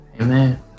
Amen